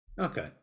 Okay